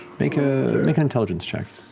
make ah make an intelligence check.